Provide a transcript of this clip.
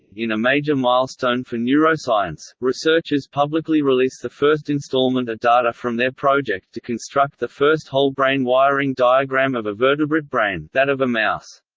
in a major milestone for neuroscience, researchers publicly release the first installment of data from their project to construct the first whole-brain wiring diagram of a vertebrate brain, that of a mouse.